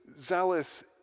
zealous